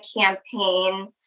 campaign